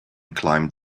climbed